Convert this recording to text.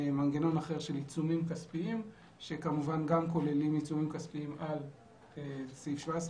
מנגנון אחר של עיצומים כספיים שכוללים גם עיצומים כספיים על סעיף 17,